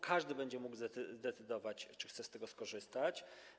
Każdy będzie mógł zdecydować, czy chce z tego skorzystać.